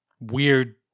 Weird